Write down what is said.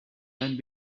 and